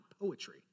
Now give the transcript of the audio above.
poetry